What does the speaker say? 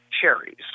cherries